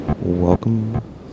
Welcome